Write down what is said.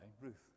Ruth